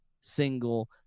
single